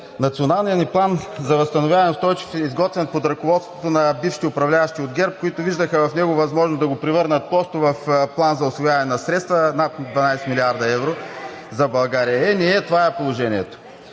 Националният ни план за възстановяване и устойчивост е изготвен под ръководството на бившите управляващи от ГЕРБ, които виждаха в него възможност да го превърнат просто в план за усвояване на средства – над 12 млрд. евро за България. (Шум и реплики от